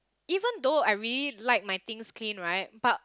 even though I really like my things clean right but